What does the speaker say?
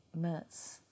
Mertz